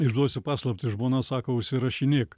išduosiu paslaptį žmona sako užsirašinėk